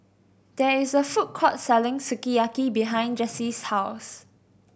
there is a food court selling Sukiyaki behind Jessye's house